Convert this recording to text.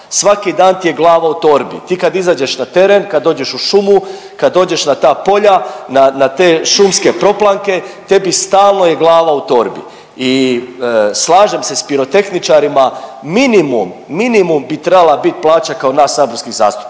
svaki dan ti je glava u torbi, ti kad izađeš na teren, kad dođeš u šumu, kad dođeš na ta polja, na te šumske proplanke, tebi stalno je glava u torbi. I slažem se s pirotehničarima, minimum, minimum bi trebala bit plaća kao nas saborskih zastupnika.